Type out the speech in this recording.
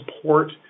support